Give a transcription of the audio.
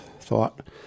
thought